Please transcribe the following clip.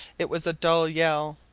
it was a dull yell,